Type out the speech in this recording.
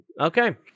Okay